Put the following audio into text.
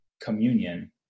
communion